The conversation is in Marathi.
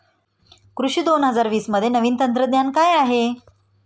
कृषी दोन हजार वीसमध्ये नवीन तंत्रज्ञान काय आहे?